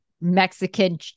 Mexican